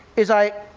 is i